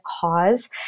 cause